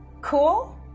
Cool